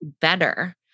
better